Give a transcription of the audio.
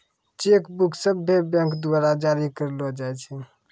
cheque book सभ्भे bank द्वारा जारी करलो जाय छै